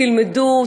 תלמדו,